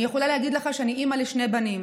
אני יכולה להגיד לך שאני אימא לשני בנים,